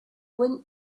went